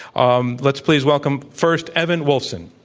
um let's please welcome first evan wolfson.